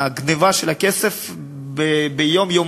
הגנבה של הכסף ביום-יומיים,